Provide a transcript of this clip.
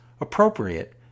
appropriate